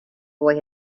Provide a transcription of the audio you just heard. boy